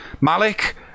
Malik